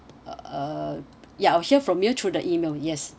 uh ya I'll hear from you through the email yes